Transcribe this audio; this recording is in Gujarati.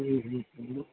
હમ હમ હમ